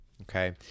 Okay